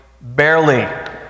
barely